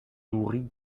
nourris